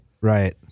right